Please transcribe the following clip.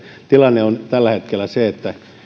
tilanne on tällä hetkellä se